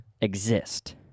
exist